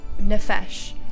Nefesh